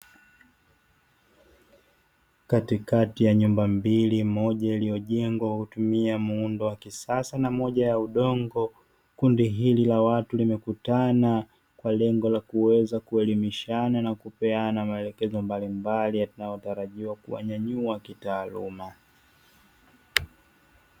Katikati ya nyumba mbili moja iliyojengwa kwa kutumia muundo wa kisasa na moja ya udongo, kundi hili la watu limekutana kwa lengo la kuweza kuelimishana na kupeana maelekezo mbalimbali yanayotarajiwa kuwanyanyua kitaaluma.